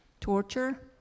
torture